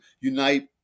unite